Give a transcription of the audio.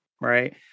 right